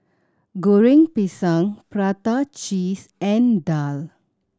Goreng Pisang prata cheese and daal